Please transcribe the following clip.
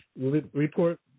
report